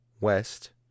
west